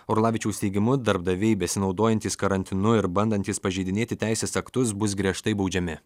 orlavičiaus teigimu darbdaviai besinaudojantys karantinu ir bandantys pažeidinėti teisės aktus bus griežtai baudžiami